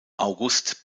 august